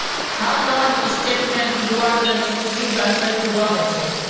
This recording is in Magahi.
हर लोन स्टेटमेंट लुआर तने कुछु जानकारी दुआ होछे